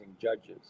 judges